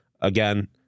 again